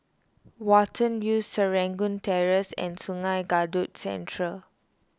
Watten View Serangoon Terrace and Sungei Kadut Central